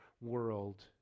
world